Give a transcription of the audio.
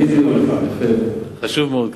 חשוב מאוד.